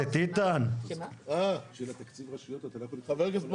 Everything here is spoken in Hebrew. כשבקצה אין אפילו הערכה על כמה יחידות דיור זה יוסיף לשוק.